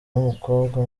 w’umukobwa